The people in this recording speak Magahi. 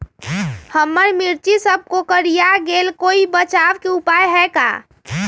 हमर मिर्ची सब कोकररिया गेल कोई बचाव के उपाय है का?